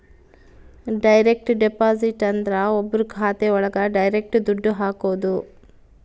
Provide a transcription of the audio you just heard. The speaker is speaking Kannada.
ಡೈರೆಕ್ಟ್ ಡೆಪಾಸಿಟ್ ಅಂದ್ರ ಒಬ್ರು ಖಾತೆ ಒಳಗ ಡೈರೆಕ್ಟ್ ದುಡ್ಡು ಹಾಕೋದು